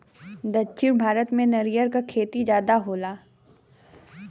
दक्षिण भारत में नरियर क खेती जादा होला